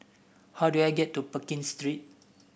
how do I get to Pekin Street